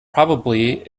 probably